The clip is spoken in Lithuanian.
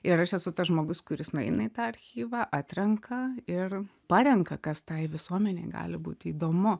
ir aš esu tas žmogus kuris nueina į tą archyvą atrenka ir parenka kas tai visuomenei gali būti įdomu